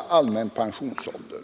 ha en lägre allmän pensionsålder.